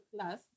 class